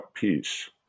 peace